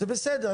זה בסדר.